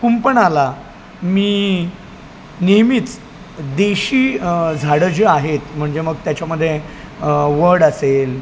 कुंपणाला मी नेहमीच देशी झाडं जे आहेत म्हणजे मग त्याच्यामध्ये वड असेल